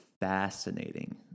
fascinating